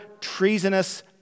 treasonous